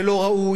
זה לא ראוי,